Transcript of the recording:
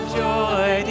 joy